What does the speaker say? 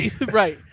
right